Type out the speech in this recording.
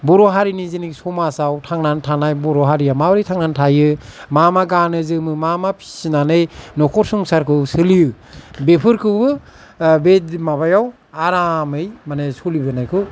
बर' हारिनि जेनोखि समाजाव थांनानै थानाय बर' हारिया माबोरै थांनानै थायो मा मा गानो जोमो मा मा फिसिनानै न'खर संसारखौ सोलियो बेफोरखौबो बे माबायाव आरामै माने सलिहोनायखौ